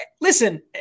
Listen